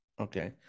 okay